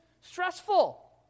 stressful